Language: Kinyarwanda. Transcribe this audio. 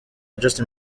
justin